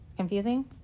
confusing